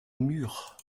murs